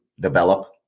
develop